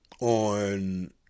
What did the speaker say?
on